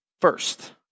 first